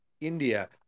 India